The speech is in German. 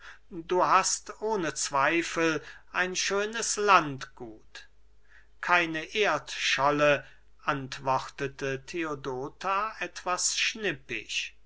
du hast ohne zweifel ein schönes landgut keine erdscholle antwortete theodota etwas schnippisch